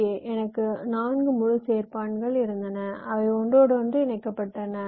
இங்கே எனக்கு 4 முழு சேர்ப்பான் இருந்தன அவை ஒன்றோடொன்று இணைக்கப்பட்டன